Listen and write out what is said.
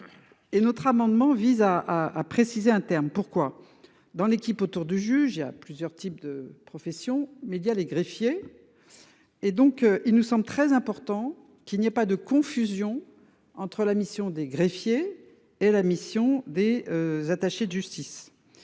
Et notre amendement vise à, à préciser un terme pourquoi dans l'équipe autour du juge il y a plusieurs types de professions médias les greffiers. Et donc il nous semble très important qu'il n'y pas de confusion entre la mission des greffiers et la mission des attachés de justice